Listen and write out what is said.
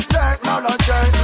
technology